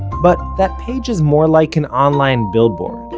but that page is more like an online billboard,